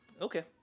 Okay